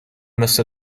مثل